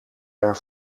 naar